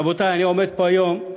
רבותי, אני עומד פה היום,